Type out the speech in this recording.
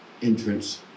entrance